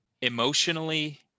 emotionally